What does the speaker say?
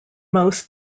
most